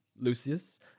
Lucius